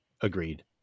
agreed